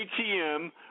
ATM